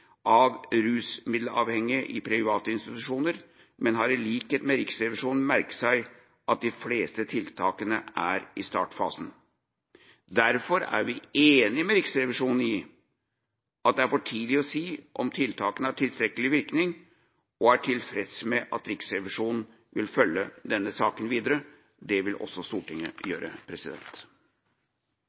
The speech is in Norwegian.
av rusmiddelavhengige i private institusjoner, men har i likhet med Riksrevisjonen merket seg at de fleste tiltakene er i startfasen. Derfor er vi enig med Riksrevisjonen i at det er for tidlig å si om tiltakene har tilstrekkelig virkning, og vi er tilfreds med at Riksrevisjonen vil følge denne saken videre. Det vil også Stortinget gjøre.